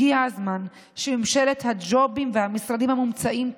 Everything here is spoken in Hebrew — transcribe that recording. הגיע הזמן שממשלת הג'ובים והמשרדים המומצאים תלך,